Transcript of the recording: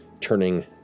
turning